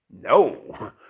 No